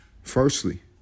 Firstly